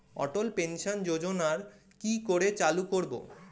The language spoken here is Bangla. অটল পেনশন যোজনার কি করে চালু করব?